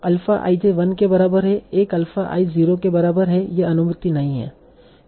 alpha i j one के बराबर है एक अल्फा i 0 के बराबर है यह अनुमति नहीं है